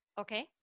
Okay